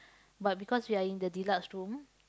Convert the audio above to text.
but because we are in the deluxe room